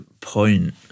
point